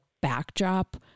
backdrop